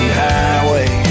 highway